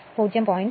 flux 0